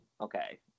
Okay